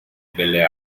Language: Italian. belle